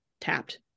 tapped